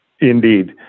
Indeed